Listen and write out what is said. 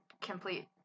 complete